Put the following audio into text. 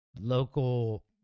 local